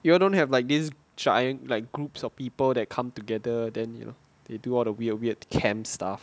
you all don't have like this giant like groups of people that come together then you know they do all the weird weird camp stuff